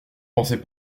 pensais